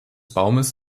baumes